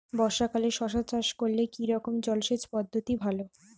বর্ষাকালে শশা চাষ করলে কি রকম জলসেচ পদ্ধতি ভালো?